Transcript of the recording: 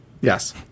Yes